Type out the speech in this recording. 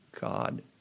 God